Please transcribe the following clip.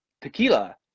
tequila